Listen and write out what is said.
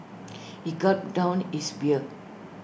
he gulped down his beer